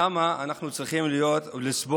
למה אנחנו צריכים לסבול?